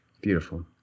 beautiful